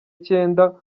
cyenda